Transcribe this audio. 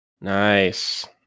Nice